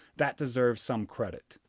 that deserves some credit.